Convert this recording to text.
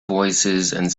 voicesand